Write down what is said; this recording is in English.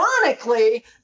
ironically